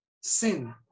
sin